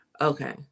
okay